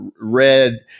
red